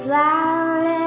loud